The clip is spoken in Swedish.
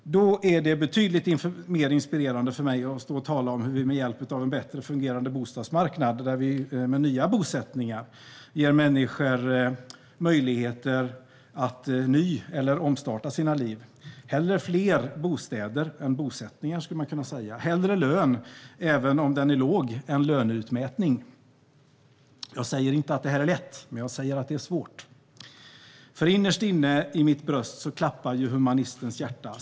Då är det betydligt mer inspirerande för mig att stå och tala om hur vi med hjälp av en bättre fungerande bostadsmarknad med nya bosättningar ger människor möjligheter att ny eller omstarta sina liv. Hellre fler bostäder än bosättningar, skulle man kunna säga. Hellre lön, även om den är låg, än löneutmätning. Jag säger inte att detta är lätt, utan jag säger att detta är svårt. För innerst inne i mitt bröst klappar humanistens hjärta.